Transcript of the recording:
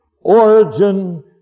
origin